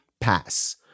pass